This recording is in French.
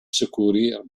secourir